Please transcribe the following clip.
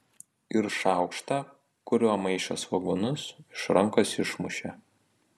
ir šaukštą kuriuo maišė svogūnus iš rankos išmušė